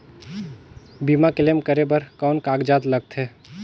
बीमा क्लेम करे बर कौन कागजात लगथे?